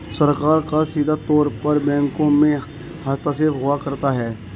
सरकार का सीधे तौर पर बैंकों में हस्तक्षेप हुआ करता है